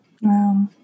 Wow